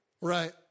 right